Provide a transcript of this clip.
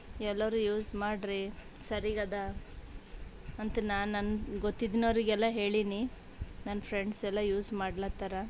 ಎಲ್ಲರೂ ಯೂಸ್ ಮಾಡಿರಿ ಸರೀಗದ ಅಂತ ನಾನು ನನ್ನ ಗೊತ್ತಿದ್ದವರಿಗೆಲ್ಲ ಹೇಳೀನಿ ನನ್ನ ಫ್ರೆಂಡ್ಸೆಲ್ಲ ಯೂಸ್ ಮಾಡ್ಲಾತ್ತಾರ